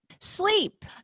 Sleep